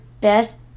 best